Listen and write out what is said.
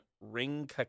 Ring